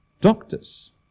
doctors